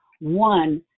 one